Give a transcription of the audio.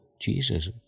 jesus